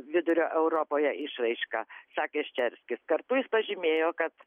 vidurio europoje išraiška sakė ščerskis kartu jis pažymėjo kad